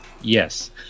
Yes